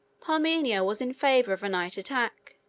parmenio was in favor of a night attack,